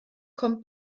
kommt